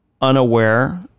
unaware